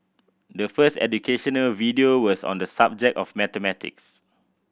the first educational video was on the subject of mathematics